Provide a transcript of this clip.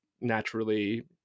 naturally